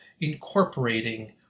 incorporating